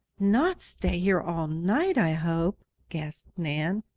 not stay here all night, i hope! gasped nan.